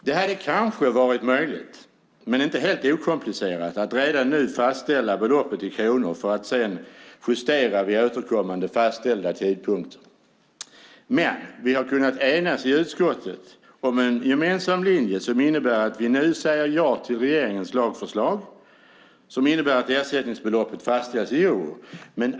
Det hade kanske varit möjligt, men inte helt okomplicerat, att redan nu fastställa beloppet i kronor för att sedan justera det vid återkommande fastställda tidpunkter. Men vi har kunnat enas i utskottet om en gemensam linje som innebär att vi nu säger ja till regeringens lagförslag som innebär att ersättningsbeloppet fastställs i euro.